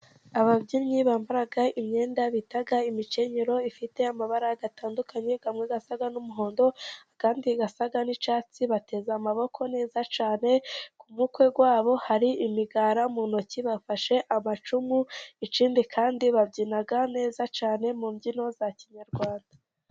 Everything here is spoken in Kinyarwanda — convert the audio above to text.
Ababyinnyi bambara imyenda bita imikenyero ifite amabara atandukanye amwe asa n'umuhondo andi asa n'icyatsi, bateze amaboko neza cyane, ku mutwe wabo hari imigara, mu ntoki bafashe amacumu ikindi kandi babyina neza cyane mu mbyino za kinyarwanda.